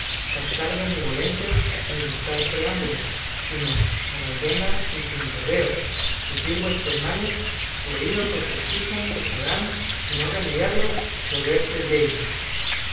captar benevolencias ni buscar preámbulos sino a la llana y sin rodeos decir vuestros males que oídos os escuchan que sabrán si no remediarlos dolerse dellos